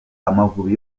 amavubi